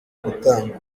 gutangwa